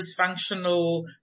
dysfunctional